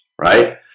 Right